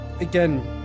again